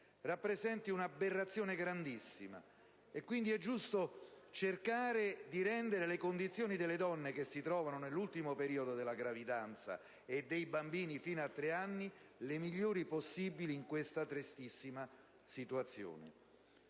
rappresenti un'aberrazione grandissima e che sia conseguentemente giusto cercare di rendere le condizioni delle donne che si trovano nell'ultimo periodo della gravidanza e dei bambini fino a tre anni le migliori possibili in questa tristissima situazione.